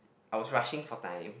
I was rushing for time